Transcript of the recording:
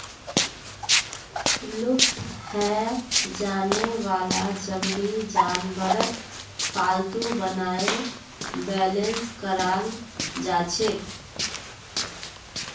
लुप्त हैं जाने वाला जंगली जानवरक पालतू बनाए बेलेंस कराल जाछेक